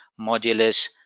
modulus